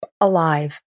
alive